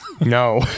No